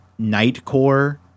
nightcore